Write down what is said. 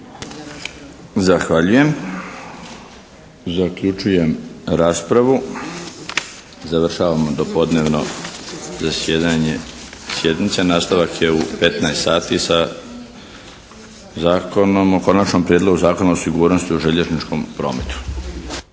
Zahvaljujem. Zaključujem raspravu. Završavamo dopodnevno zasjedanje sjednice. Nastavak je 15 sati sa Zakonom, o Konačnom prijedlogu Zakona o sigurnosti u željezničkom prometu.